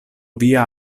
via